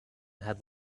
had